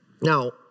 Now